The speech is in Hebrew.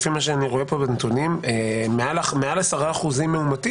לפי מה שאני רואה בנתונים פה, מעל 10% מאומתים.